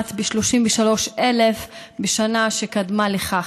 לעומת 33,000 בשנה שקדמה לכך.